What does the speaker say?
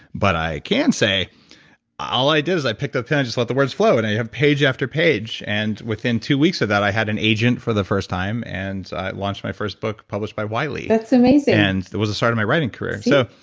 but i can say all i do is i picked a pen and just let the words flow and i hit page after page. and within two weeks of that, i had an agent for the first time, and i launched my first book published by wiley that's amazing and that was the start of my writing career. so,